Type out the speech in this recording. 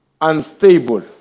Unstable